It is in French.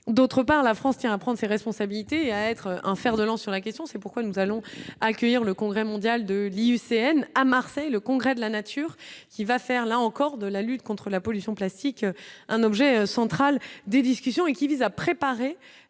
d'autre part, la France tient à prendre ses responsabilités et à être en fer de lance, sur la question, c'est pourquoi nous allons accueillir le congrès mondial de l'hiver. à Marseille le congrès de la nature qui va faire là encore de la lutte contre la pollution classique, un objet central des discussions et qui vise à préparer